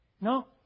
No